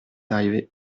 arrivé